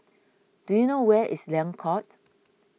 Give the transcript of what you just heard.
do you know where is Liang Court